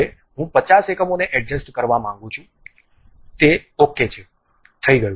હવે હું 50 એકમોને એડજસ્ટ કરવા માંગું છું તે બરાબર છે થઈ ગયું